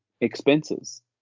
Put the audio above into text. expenses